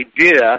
idea